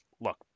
look